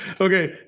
Okay